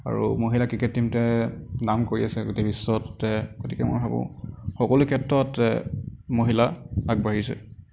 আৰু মহিলা ক্ৰিকেট টিমটোৱে নাম কৰি আছে গোটেই বিশ্বতে গতিকে মই ভাবোঁ সকলো ক্ষেত্ৰতে মহিলা আগবাঢ়িছে